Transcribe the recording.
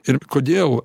ir kodėl